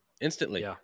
instantly